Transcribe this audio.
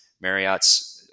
Marriott's